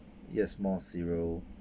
yes more cereal